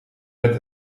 net